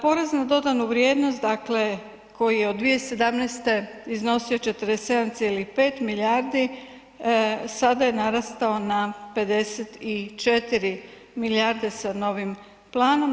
Porez na dodanu vrijednost dakle koji je od 2017. iznosio 47,5 milijardi sada je narastao na 54 milijarde sa novim planom.